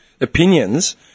opinions